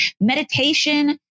meditation